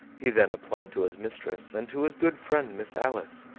he then applied to his mistress, and to his good friend miss alice,